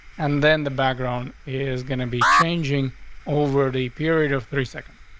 and then the background is gonna be changing over the period of three seconds.